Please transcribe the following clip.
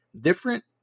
different